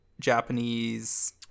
Japanese